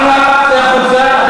"ברא", צא החוצה.